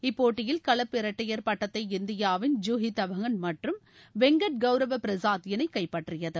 இப்போட்டியில் கலப்பு இரட்டையர் பட்டத்தை இந்தியாவின் ஜூஹி தவங்கன் மற்றும் வெங்கட் கவுரவ பிரசாத் இணை கைப்பற்றியது